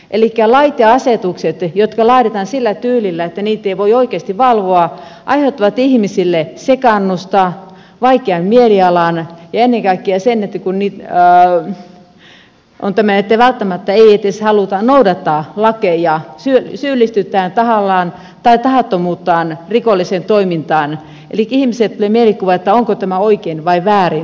elikkä lait ja asetukset jotka laaditaan sillä tyylillä että niitä ei voi oikeasti valvoa aiheuttavat ihmisille sekaannusta vaikean mielialan ja ennen kaikkea sen että välttämättä ei edes haluta noudattaa lakeja syyllistytään tahallaan tai tahattomuuttaan rikolliseen toimintaan eli ihmisille tulee mielikuva että onko tämä oikein vai väärin